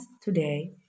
today